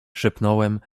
szepnąłem